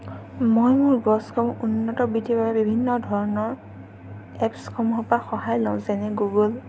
মই মোৰ গছবোৰ উন্নত বৃদ্ধিৰ বাবে বিভিন্ন ধৰণৰ এপছসমূহৰ পৰা সহায় লওঁ যেনে গুগুল